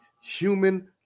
human